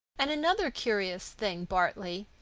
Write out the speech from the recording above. and another curious thing, bartley,